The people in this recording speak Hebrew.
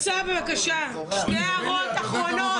בבקשה שתי הערות אחרונות.